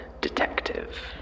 detective